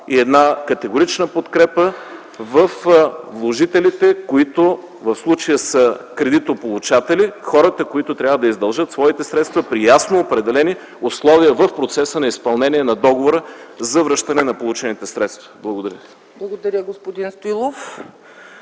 и категорична подкрепа във вложителите, които в случая са кредитополучатели – хората, които трябва да издължат своите средства при ясно определени условия в процеса на изпълнение на договора за връщане на получените средства. Благодаря